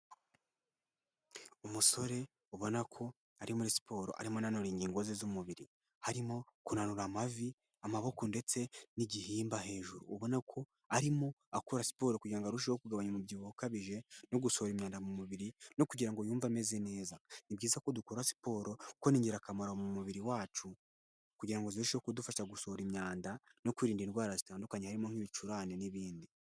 Umusore ubona ko ari muri siporo arimo ananura ingingo ze z'umubiri, harimo kunanura amavi, amaboko ndetse n'igihimba hejuru, ubona ko arimo akora siporo kugira ngo arusheho kugabanya umubyibuho ukabije no gusohora imyanda mu mubiri no kugira ngo yumve ameze neza, ni byiza ko dukora siporo kuko ni ingirakamaro mu mubiri wacu, kugira ngo zirusheho kudufasha gusohora imyanda no kwirinda indwara zitandukanye harimo nk'ibicurane n'ibindi.